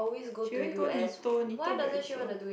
she always go Neato Neato burrito